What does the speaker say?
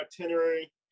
itinerary